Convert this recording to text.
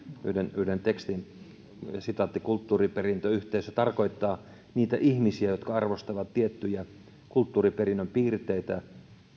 yhden yhden tekstin kulttuuriperintöyhteisö tarkoittaa niitä ihmisiä jotka arvostavat tiettyjä kulttuuriperinnön piirteitä